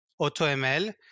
AutoML